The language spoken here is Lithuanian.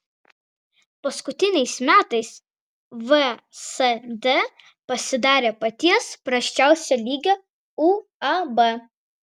paskutiniais metais vsd pasidarė paties prasčiausio lygio uab